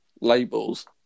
labels